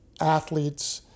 athletes